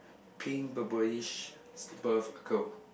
pink purplish slipper for the girl